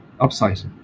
upsizing